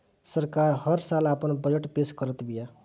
सरकार हल साल आपन बजट पेश करत बिया